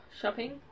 shopping